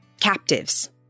captives